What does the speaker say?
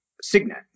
Signet